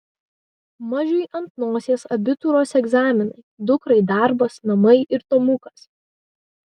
mažiui ant nosies abitūros egzaminai dukrai darbas namai ir tomukas